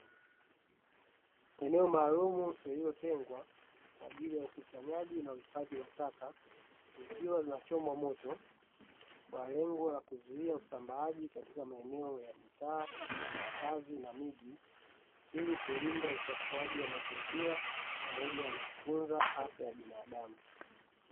Eneo maalumu lililotengwa, kwaajili ya ukusanyaji na uhifadhi wa taka, zikiwa zinachomwa moto, kwa lengo la kuzuia usambaaji katika maeneo ya mitaa, makazi, na miji, ili kulinda uchafuaji wa mazingira, pamoja na kutunza afya ya binadamu.